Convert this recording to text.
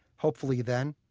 hopefully, then,